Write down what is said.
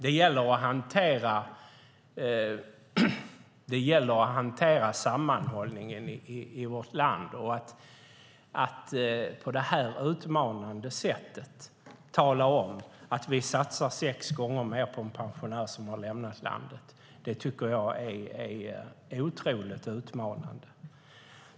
Det gäller att hantera sammanhållningen i vårt land. Att tala om att vi satsar sex gånger mer på en pensionär som har lämnat landet tycker jag är otroligt utmanande.